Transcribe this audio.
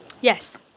Yes